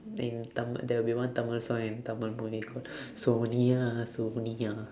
in tamil there will be one tamil song in tamil bollywood called sonia sonia